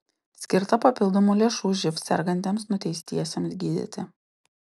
skirta papildomų lėšų živ sergantiems nuteistiesiems gydyti